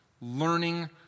learning